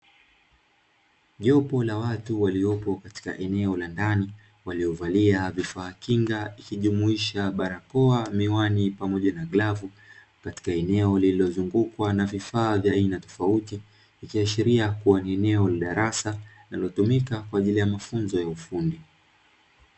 Jopo na watu waliopo katika eneo la ndani waliovalia vifaa kinga ilijumuisha barakoa miwani pamoja na glavu, katika eneo lililozungukwa na vifaa vya aina tofauti vya ikiashiriakuwa eneo la darasa nika kwa ajili ya mafunzo ya ufundi